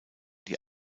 die